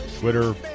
Twitter